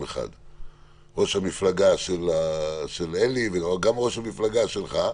ראש המפלגה של אלי וגם ראש המפלגה שלך,